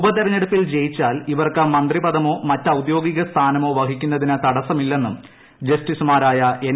ഉപതെരഞ്ഞെടുപ്പിൽ ജയിച്ചാൽ ഇവർക്ക് മന്ത്രിപദമോ മറ്റ് ഔദ്യോഗിക സ്ഥാനമോ വഹിക്കുന്നതിന് തടസ്സമില്ലെന്നും ജസ്റ്റിസുമാരായ എൻ